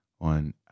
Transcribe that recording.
on